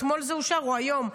אתמול זה אושר או היום?